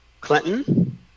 Clinton